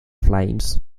flames